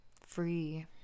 free